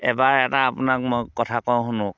এবাৰ এটা আপোনাক মই কথা কওঁ শুনক